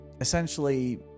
essentially